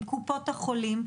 עם קופות החולים,